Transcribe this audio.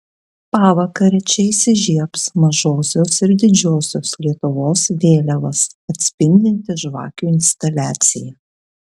pavakarę čia įsižiebs mažosios ir didžiosios lietuvos vėliavas atspindinti žvakių instaliacija